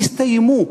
הסתיימו.